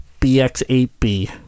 BX8B